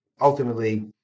ultimately